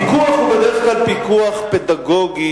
פיקוח הוא בדרך כלל פיקוח פדגוגי,